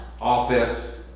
office